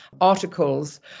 articles